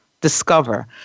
discover